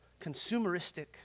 consumeristic